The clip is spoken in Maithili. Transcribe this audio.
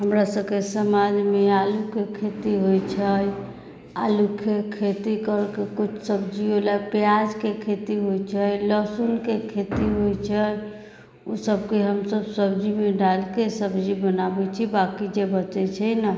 हमरासभके समाजमे आलूके खेती होइत छै आलू आलूके खेती कर के कोइ सब्जीवला प्याजके खेती होइत छै लहसुनके खेती होइत छै ओसभके हमसभ सब्जीमे डालिके सब्जी बनाबैत छी बाँकी जे बचैत छै ने